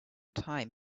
time